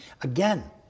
Again